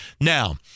Now